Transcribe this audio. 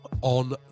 on